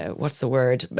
ah what's the word? but